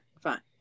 fine